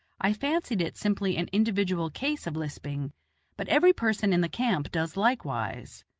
i fancied it simply an individual case of lisping but every person in the camp does likewise.